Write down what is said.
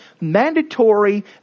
mandatory